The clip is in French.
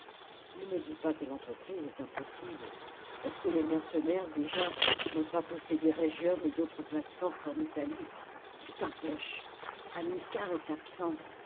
ne me dis pas que l'entreprise est impossible est-ce que les mercenaires déjà n'ont pas possédé rheggium et d'autres places fortes en italie qui t'empêche haml'lcar est absent